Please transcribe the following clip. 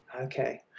Okay